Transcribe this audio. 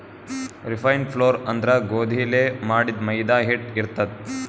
refined flour ಅಂದ್ರ ಗೋಧಿಲೇ ಮಾಡಿದ್ದ್ ಮೈದಾ ಹಿಟ್ಟ್ ಇರ್ತದ್